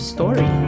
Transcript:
Story